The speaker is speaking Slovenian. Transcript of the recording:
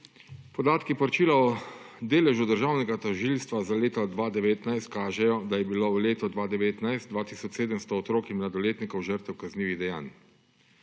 Podatki poročila o delu državnega tožilstva za leto 2019 kažejo, da je bilo v letu 2019 2 tisoč 700 otrok in mladoletnikov žrtev kaznivih dejanj.